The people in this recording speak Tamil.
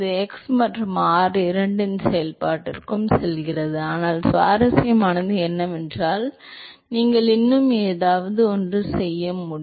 x மற்றும் r இரண்டின் செயல்பாட்டிற்கும் செல்கிறது ஆனால் சுவாரஸ்யமானது என்னவென்றால் நீங்கள் இன்னும் ஏதாவது செய்ய முடியும்